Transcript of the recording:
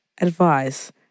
advice